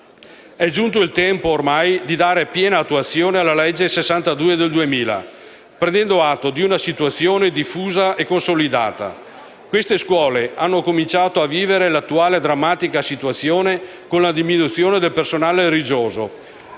È giunto il tempo ormai di dare piena attuazione alla legge n. 62 del 2000, prendendo atto di una situazione diffusa e consolidata: queste scuole hanno cominciato a vivere l'attuale drammatica situazione con la diminuzione del personale religioso,